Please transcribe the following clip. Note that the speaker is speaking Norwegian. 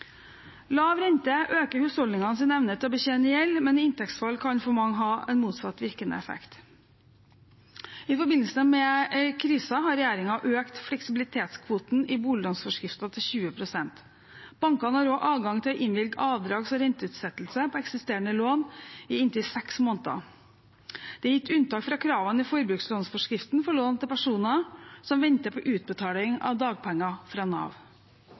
Lav rente øker husholdningenes evne til å betjene gjeld, men inntektsfall kan for mange ha en motsatt virkende effekt. I forbindelse med krisen har regjeringen økt fleksibilitetskvoten i boliglånsforskriften til 20 pst. Bankene har også adgang til å innvilge avdrags- og renteutsettelse på eksisterende lån i inntil seks måneder. Det er gitt unntak fra kravene i forbrukslånsforskriften for lån til personer som venter på utbetaling av dagpenger fra Nav.